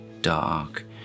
dark